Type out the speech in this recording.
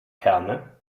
herne